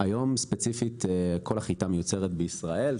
היום ספציפית כל החיטה מיוצרת בישראל,